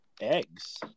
eggs